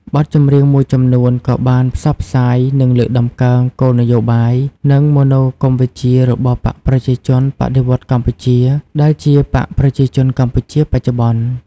បទចម្រៀងមួយចំនួនក៏បានផ្សព្វផ្សាយ និងលើកតម្កើងគោលនយោបាយ និងមនោគមវិជ្ជារបស់បក្សប្រជាជនបដិវត្តន៍កម្ពុជា ដែលជា បក្សប្រជាជនកម្ពុជាបច្ចុប្បន្ន។